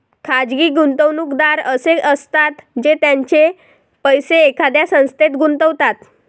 खाजगी गुंतवणूकदार असे असतात जे त्यांचे पैसे एखाद्या संस्थेत गुंतवतात